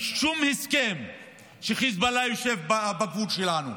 שום הסכם כשחיזבאללה יושב בגבול שלנו.